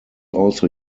also